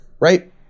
right